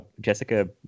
Jessica